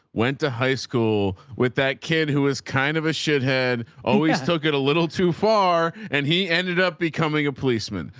went to high school with that kid who was kind of a shit head, always took it a little too far. and he ended up becoming a policeman.